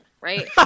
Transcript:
right